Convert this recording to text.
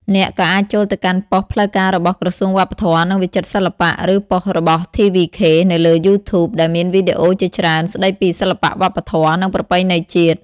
អ្នកក៏អាចចូលទៅកាន់ប៉ុស្តិ៍ផ្លូវការរបស់ ក្រសួងវប្បធម៌ និងវិចិត្រសិល្បៈ ឬប៉ុស្តិ៍របស់ TVK នៅលើ YouTube ដែលមានវីដេអូជាច្រើនស្តីពីសិល្បៈវប្បធម៌ និងប្រពៃណីជាតិ។